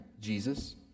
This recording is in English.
Jesus